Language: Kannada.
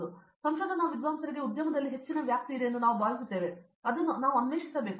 ಹಾಗಾಗಿ ಸಂಶೋಧನಾ ವಿದ್ವಾಂಸರಿಗೆ ಉದ್ಯಮದಲ್ಲಿ ಹೆಚ್ಚಿನ ವ್ಯಾಪ್ತಿ ಇದೆ ಎಂದು ನಾವು ಭಾವಿಸುತ್ತೇವೆ ಮತ್ತು ಅದನ್ನು ನಾವು ಅನ್ವೇಷಿಸಬೇಕು